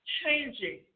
changing